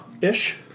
ish